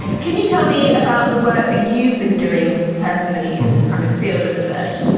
can you tell me about the work that you've been doing personally in this kind of field of research?